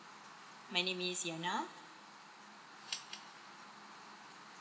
my name is yina